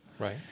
Right